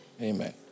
amen